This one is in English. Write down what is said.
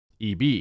EB